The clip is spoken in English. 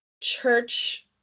church